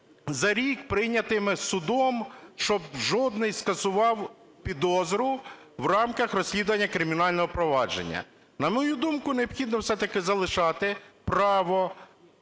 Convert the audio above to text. за рік прийняті судом, щоб жодний скасував підозру в рамках розслідування кримінального провадження. На мою думку, необхідно все-таки залишати право